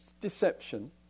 deception